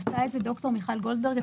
עשתה את זה ד"ר מיכל גולדברג.